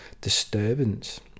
disturbance